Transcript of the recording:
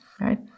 right